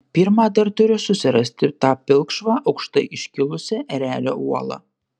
pirma dar turiu susirasti tą pilkšvą aukštai iškilusią erelio uolą